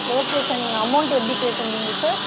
okay sir நீங்கள் amount எப்படி pay பண்ணுவீங்க சார்